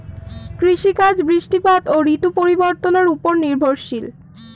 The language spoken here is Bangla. কৃষিকাজ বৃষ্টিপাত ও ঋতু পরিবর্তনের উপর নির্ভরশীল